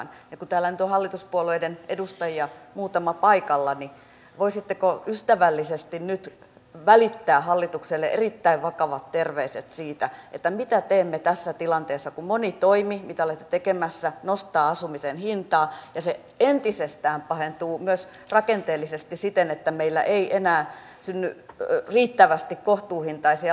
kun täällä nyt on hallituspuolueiden edustajia muutama paikalla niin voisitteko ystävällisesti nyt välittää hallitukselle erittäin vakavat terveiset siitä mitä teemme tässä tilanteessa kun moni toimi mitä olette tekemässä nostaa asumisen hintaa ja se entisestään pahentuu myös rakenteellisesti siten että meillä ei enää synny riittävästi kohtuuhintaisia vuokra asuntoja